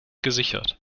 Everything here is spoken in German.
gesichert